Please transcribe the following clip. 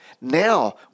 Now